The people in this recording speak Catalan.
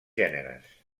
gèneres